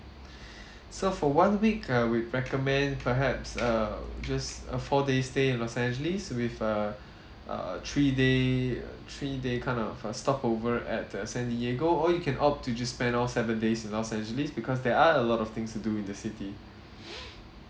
so for one week err we'd recommend perhaps err just a four day stay in los angeles with err a three day three day kind of stop over at san diego or you can opt to spend all seven days in los angeles because there are a lot of things to do in the city